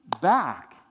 back